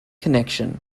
connection